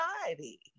society